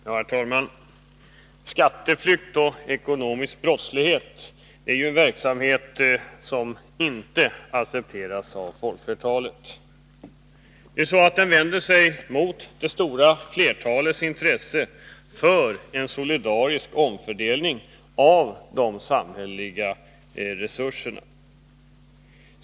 Herr talman! Skatteflykt och ekonomisk brottslighet är en verksamhet som inte accepteras av folkflertalet. Den vänder sig mot det stora flertalets intresse för en solidarisk omfördelning av de samhälleliga resurserna.